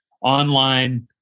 online